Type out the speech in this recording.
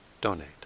donate